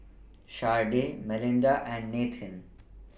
Sharde Melinda and Nathen